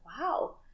Wow